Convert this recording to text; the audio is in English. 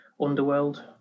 Underworld